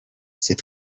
c’est